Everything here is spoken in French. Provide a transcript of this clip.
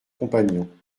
compagnon